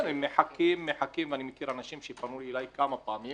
אני מכיר אנשים שפנו אליי כמה פעמים,